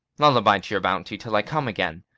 lullaby to your bounty till i come again.